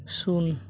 ᱥᱩᱱ